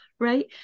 Right